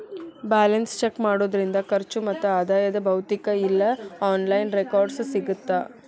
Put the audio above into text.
balance check ಮಾಡೋದ್ರಿಂದ ಖರ್ಚು ಮತ್ತ ಆದಾಯದ್ ಭೌತಿಕ ಇಲ್ಲಾ ಆನ್ಲೈನ್ ರೆಕಾರ್ಡ್ಸ್ ಸಿಗತ್ತಾ